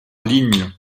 ligne